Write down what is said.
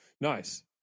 Nice